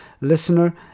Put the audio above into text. listener